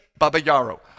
Babayaro